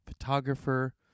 photographer